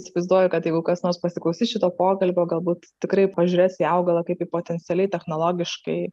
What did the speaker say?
įsivaizduoju kad jeigu kas nors pasiklausys šito pokalbio galbūt tikrai pažiūrės į augalą kaip į potencialiai technologiškai